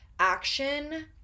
Action